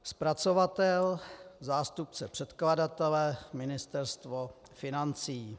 Zpracovatel, zástupce předkladatele: Ministerstvo financí.